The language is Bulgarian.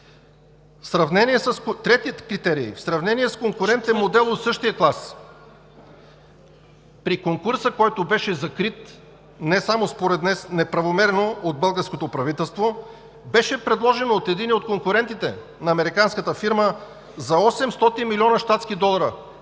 в сравнение с конкурентен модел от същия клас при конкурса, който беше закрит – не само според нас, неправомерно от българското правителство, беше предложено от единия от конкурентите на американската фирма за 800 млн. щатски долара